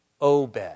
Obed